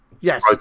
Yes